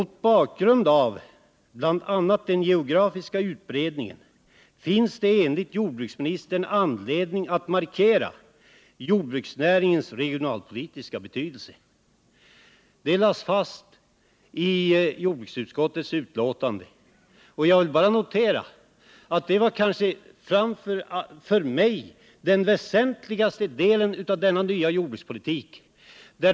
”Mot bakgrund av bl.a. den geografiska utbredningen finns det enligt jordbruksministern anledning att markera jordbruksnäringens regionalpolitiska betydelse.” Detta lades fast i jordbruksutskottets betänkande. För mig var det den kanske väsentligaste delen av den nya jordbrukspolitiken.